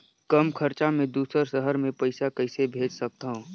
कम खरचा मे दुसर शहर मे पईसा कइसे भेज सकथव?